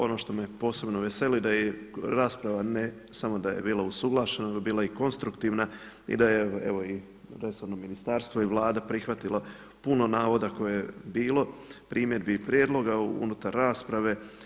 Ono što me posebno veseli da i rasprava ne samo da je bila usuglašena nego je bila i konstruktivna i da je evo i resorno ministarstvo i Vlada prihvatila puno navoda koje je bilo, primjedbi i prijedloga unutar rasprave.